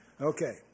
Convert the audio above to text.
Okay